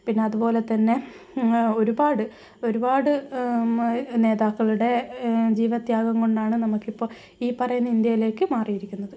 പിന്ന അതുപോലെ തന്നെ ഒരുപാട് ഒരുപാട് നേതാക്കളുടെ ജീവത്യാഗം കൊണ്ടാണ് നമുക്കിപ്പോൾ ഈ പറയുന്ന ഇന്ത്യയിലേക്ക് മാറിയിരിക്കുന്നത്